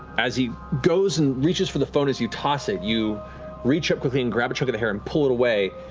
as he goes and reaches for the phone as you toss it, you reach up quickly and grab a chunk of the hair and pull it away.